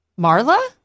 Marla